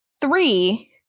three